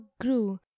grew